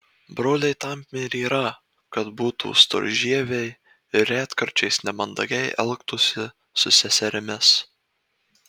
broliai tam ir yra kad būtų storžieviai ir retkarčiais nemandagiai elgtųsi su seserimis